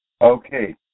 Okay